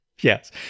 Yes